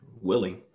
willing